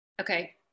Okay